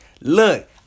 Look